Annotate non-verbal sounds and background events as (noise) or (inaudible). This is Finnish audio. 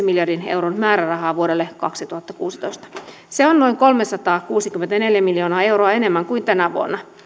(unintelligible) miljardin euron määrärahaa vuodelle kaksituhattakuusitoista se on noin kolmesataakuusikymmentäneljä miljoonaa euroa enemmän kuin tänä vuonna